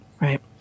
right